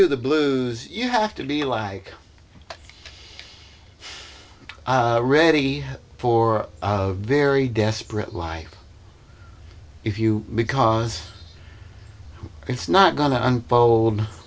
do the blues you have to be like ready for a very desperate life if you because it's not gonna unfold